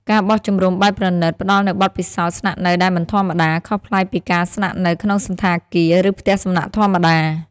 ការបោះជំរំបែបប្រណីត ផ្តល់នូវបទពិសោធន៍ស្នាក់នៅដែលមិនធម្មតា ខុសប្លែកពីការស្នាក់នៅក្នុងសណ្ឋាគារ ឬផ្ទះសំណាក់ធម្មតា។